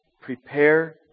prepare